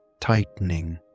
tightening